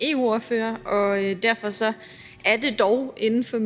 EU-ordfører, og derfor er det dog inden for